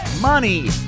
Money